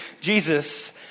Jesus